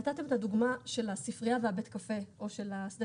נתתם את הדוגמה של ספרייה ובית קפה או של שדה